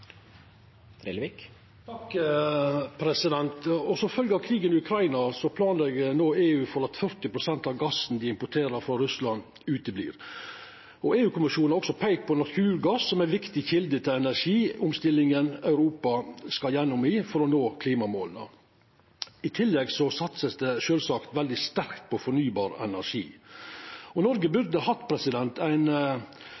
Trellevik – til oppfølgingsspørsmål. Som følgje av krigen i Ukraina planlegg EU no for at 40 pst. av gassen dei importerer frå Russland, ikkje kjem. EU-kommisjonen har òg peikt på naturgass som ei viktig kjelde til energiomstillinga som Europa skal igjennom for å nå klimamåla. I tillegg vert det sjølvsagt satsa veldig sterkt på fornybar energi. Noreg